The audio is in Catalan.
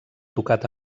tocat